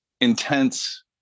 intense